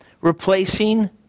replacing